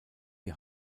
die